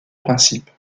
principe